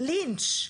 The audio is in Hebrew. לינץ',